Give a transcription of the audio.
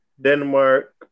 Denmark